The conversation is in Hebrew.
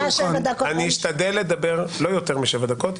אני אשתדל לדבר לא יותר משבע דקות.